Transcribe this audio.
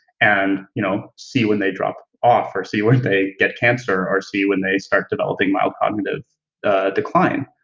and you know see when they drop off or see when they get cancer or see when they start developing mild cognitive decline.